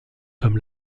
comme